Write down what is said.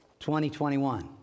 2021